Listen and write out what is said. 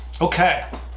Okay